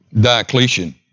Diocletian